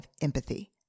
empathy